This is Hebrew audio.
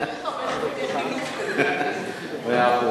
צריך הרבה חלקי חילוף כדי להבין את, מאה אחוז.